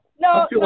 No